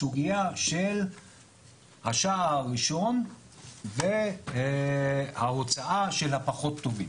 הסוגיה של השער הראשון וההוצאה של הפחות טובים.